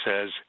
says